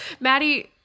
Maddie